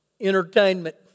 Entertainment